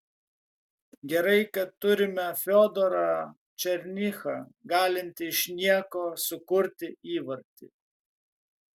gerai kad turime fiodorą černychą galintį iš nieko sukurti įvartį